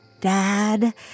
Dad